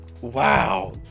Wow